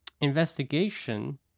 Investigation